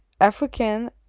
African